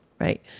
right